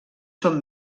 són